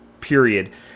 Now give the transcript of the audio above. period